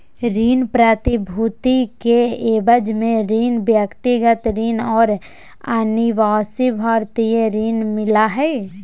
ऋण प्रतिभूति के एवज में ऋण, व्यक्तिगत ऋण और अनिवासी भारतीय ऋण मिला हइ